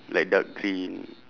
like dark green